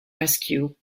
rescue